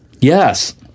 Yes